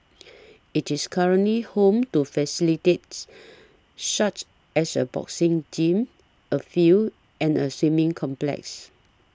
it is currently home to facilities such as a boxing Gym a field and a swimming complex